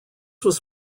was